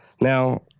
Now